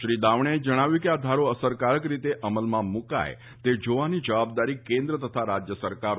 શ્રી દાવાણેએ જણાવ્યું હતું કે આ ધારો અસરકારક રીતે અમલમાં મૂકાય તે જોવાની જવાબદારી કેન્દ્ર તથા રાજ્ય સરકારોની છે